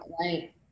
right